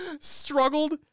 struggled